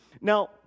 Now